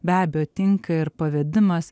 be abejo tinka ir pavedimas